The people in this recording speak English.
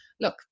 look